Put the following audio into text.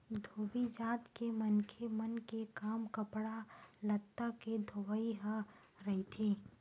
धोबी जात के मनखे मन के काम कपड़ा लत्ता के धोवई ह रहिथे